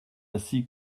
ainsi